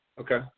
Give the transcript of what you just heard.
Okay